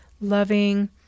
loving